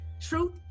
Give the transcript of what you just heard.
Truth